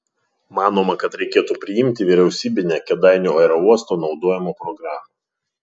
manoma kad reikėtų priimti vyriausybinę kėdainių aerouosto naudojimo programą